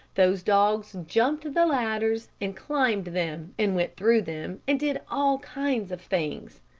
those dogs jumped the ladders, and climbed them, and went through them, and did all kinds of things.